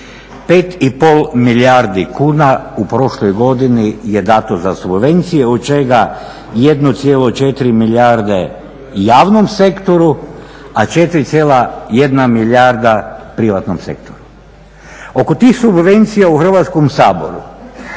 5,5 milijardi kuna u prošloj godini je dato za subvencije od čega 1,4 milijarde javnom sektoru, a 4,1 milijarda privatnom sektoru. Oko tih subvencija u Hrvatskom saboru